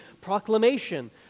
proclamation